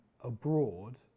abroad